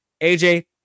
AJ